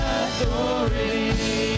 authority